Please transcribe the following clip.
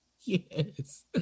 Yes